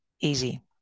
Easy